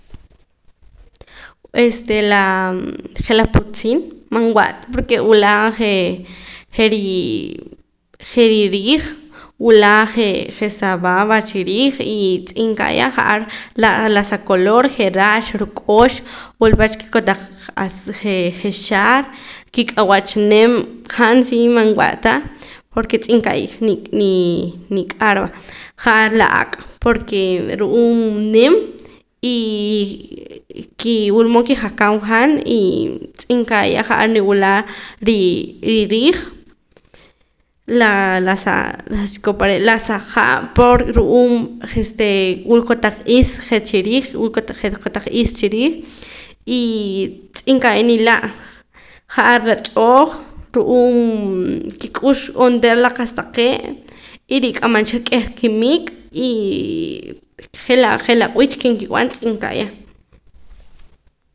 Este laa je' laa putzin man wa'ta porque wula jee' rii je ri riij wula je' je' sa baba chiriij y tz'inka'ya ja'ar la la sa color je' rax ruu' k'ox wula pach ke kotaq azul je' jee' xaar kiq'awach nim han sii manwa' ta porque tz'inka'ya ni nii k'aar va ja'ar la aaq' porque ru'uum nim y kii wula mood kijakam han y tz'inka'ya ja'ar niwila' rii riiij laa la chikop are' la sa'jaa por ru'uum je' este wula kotaq is je' chiriij wula kotaq je' is chiriij y tz'inka'ya nila' ja'aar la tz'ooj ru'uum kik'ux onteera la qa'sa taqee' y kik'amam cha k'eh kimik y jee ja laa b'iich ke nkib'an tz'inka'ya